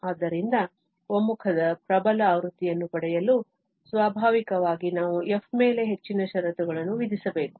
ಆದ್ದರಿಂದ ಒಮ್ಮುಖದ ಪ್ರಬಲ ಆವೃತ್ತಿಯನ್ನು ಪಡೆಯಲು ಸ್ವಾಭಾವಿಕವಾಗಿ ನಾವು f ಮೇಲೆ ಹೆಚ್ಚಿನ ಷರತ್ತುಗಳನ್ನು ವಿಧಿಸಬೇಕು